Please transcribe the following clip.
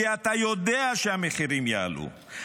כי אתה יודע שהמחירים יעלו,